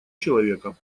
человека